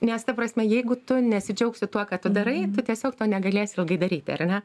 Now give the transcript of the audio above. nes ta prasme jeigu tu nesidžiaugsi tuo ką tu darai tu tiesiog to negalės ilgai daryti ar ne